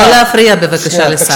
לא להפריע, בבקשה, לשר.